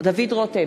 דוד רותם,